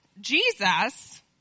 Jesus